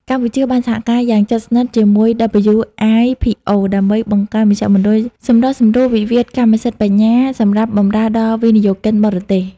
កម្ពុជាបានសហការយ៉ាងជិតស្និទ្ធជាមួយ WIPO ដើម្បីបង្កើតមជ្ឈមណ្ឌលសម្រុះសម្រួលវិវាទកម្មសិទ្ធិបញ្ញា សម្រាប់បម្រើដល់វិនិយោគិនបរទេស។